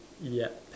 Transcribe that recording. ya